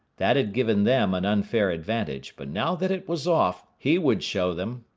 that had given them an unfair advantage but now that it was off, he would show them.